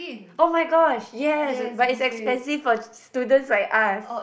[oh]-my-gosh yes but it's expensive for students like us